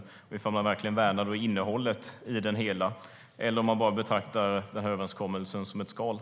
Värnar man verkligen innehållet i den, eller betraktar man den bara som ett skal?